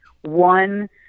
one